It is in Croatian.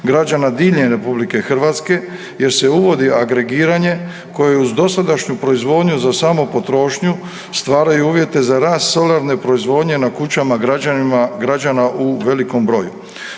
građana diljem RH jer se uvodi agregiranje koje uz dosadašnju proizvodnju za samo potrošnju stvaraju uvjete za rast solarne proizvodnje na kućama građanima, građana u velikom broju.